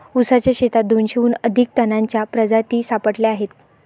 ऊसाच्या शेतात दोनशेहून अधिक तणांच्या प्रजाती सापडल्या आहेत